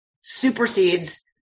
supersedes